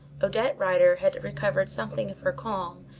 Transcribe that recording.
odette rider had recovered something of her calm,